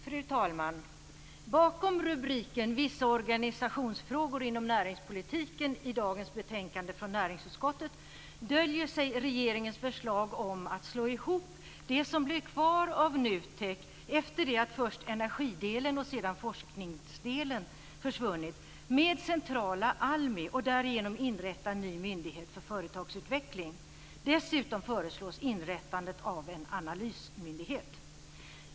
Fru talman! Bakom rubriken Vissa organisationsfrågor inom näringspolitiken i dagens betänkande från näringsutskottet döljer sig regeringens förslag om att slå ihop det som blir kvar av NUTEK, efter det att först energidelen och sedan forskningsdelen försvunnit, med centrala ALMI och därigenom inrätta en ny myndighet för företagsutveckling. Dessutom föreslås inrättandet av en analysmyndighet.